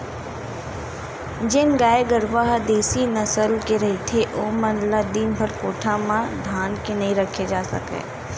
जेन गाय गरूवा ह देसी नसल के रहिथे ओमन ल दिनभर कोठा म धांध के नइ राखे जा सकय